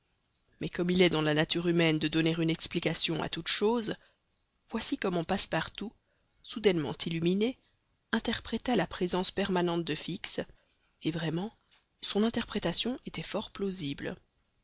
mais comme il est dans la nature humaine de donner une explication à toute chose voici comment passepartout soudainement illuminé interpréta la présence permanente de fix et vraiment son interprétation était fort plausible